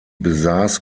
besass